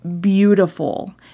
beautiful